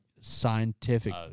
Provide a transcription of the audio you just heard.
scientific